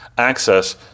access